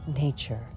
nature